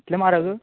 इतले म्हारग